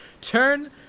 turn